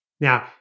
Now